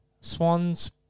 Swans